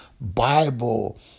Bible